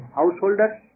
householders